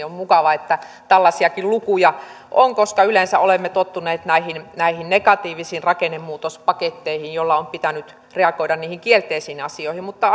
on mukava että tällaisiakin lukuja on koska yleensä olemme tottuneet näihin näihin negatiivisiin rakennemuutospaketteihin joilla on pitänyt reagoida niihin kielteisiin asioihin mutta